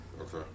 Okay